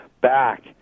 back